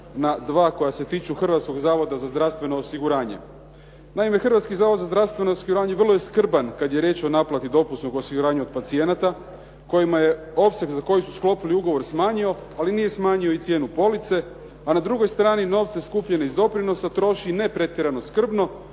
na dva koja se tiču Hrvatskog zavoda za zdravstveno osiguranje. Naime, Hrvatski zavod za zdravstveno osiguranje vrlo je skrban kad je riječ o naplati dopunskog osiguranja od pacijenata kojima je opseg za koji su sklopili ugovor smanjio, ali nije smanjio i cijenu police, a na drugoj strani novce skupljene iz doprinosa troši ne pretjerano skrbno,